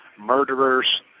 murderers